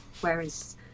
whereas